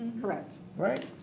correct. right?